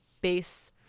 base